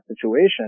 situation